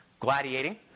gladiating